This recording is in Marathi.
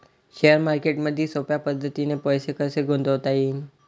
शेअर मार्केटमधी सोप्या पद्धतीने पैसे कसे गुंतवता येईन?